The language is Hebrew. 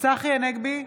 צחי הנגבי,